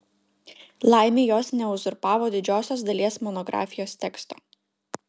laimei jos neuzurpavo didžiosios dalies monografijos teksto